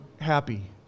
happy